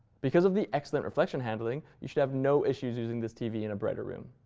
because of the excellent reflection handling, you should have no issues using this tv in a brighter room.